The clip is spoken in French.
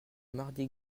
mardi